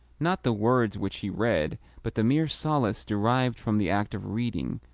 not the words which he read, but the mere solace derived from the act of reading,